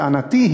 טענתי,